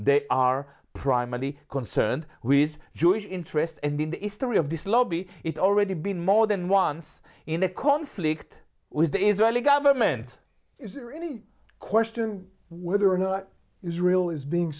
they are primarily concerned with jewish interests and in the history of this lobby it already been more than once in a conflict with the israeli government is there any question whether or not israel is being